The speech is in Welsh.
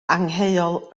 angheuol